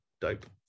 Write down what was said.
dope